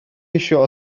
ещё